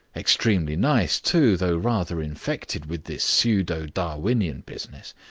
extremely nice, too, though rather infected with this pseudo-darwinian business.